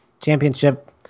championship